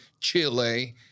Chile